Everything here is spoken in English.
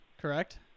correct